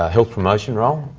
ah health promotion role,